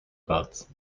boats